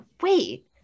wait